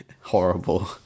Horrible